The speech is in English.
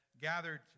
gathered